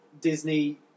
Disney